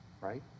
Right